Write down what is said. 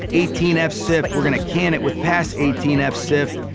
eighteen f sift, we're going to can it with pass eighteen f sift,